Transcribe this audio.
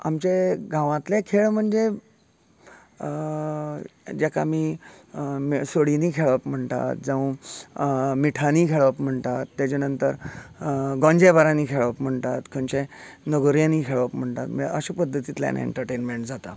आमचें गांवांतले खेळ म्हणजे जेका आमी सोडीनी खेळप म्हणटात जांव मिठांनी खेळप म्हणटात तेजे नंतर गोंजें बारांनी खेळप म्हणटात खंयचे लगोऱ्यांनी खेळप म्हणटात अशें पध्दतींतल्यान एन्टरटेन्मेंट जाता